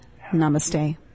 Namaste